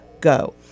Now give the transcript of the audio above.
go